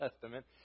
Testament